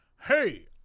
Hey